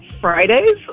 Fridays